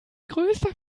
größter